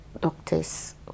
doctors